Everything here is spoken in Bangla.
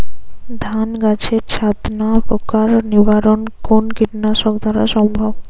ধান গাছের ছাতনা পোকার নিবারণ কোন কীটনাশক দ্বারা সম্ভব?